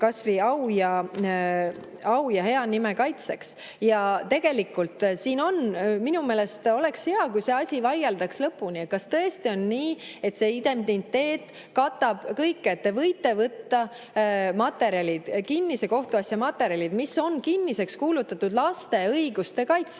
au ja hea nime kaitseks. Ja tegelikult minu meelest oleks hea, kui see asi vaieldaks lõpuni, et kas tõesti on nii, et see indemniteet katab kõik, et te võite võtta materjalid, kinnise kohtuasja materjalid, mis on kinniseks kuulutatud laste õiguste kaitseks.